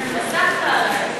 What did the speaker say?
פסחת עלי.